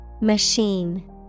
Machine